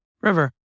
river